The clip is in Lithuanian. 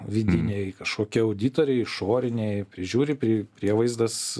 vidiniai kažkokie auditoriai išoriniai prižiūri pri prievaizdas